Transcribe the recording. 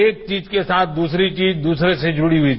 एक चीज के साथ दूसरी चीज दूसरे से जुड़ी हुई है